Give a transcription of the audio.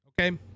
Okay